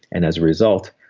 and as a result,